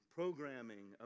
programming